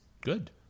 good